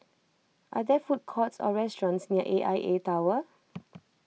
are there food courts or restaurants near A I A Tower